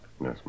Yes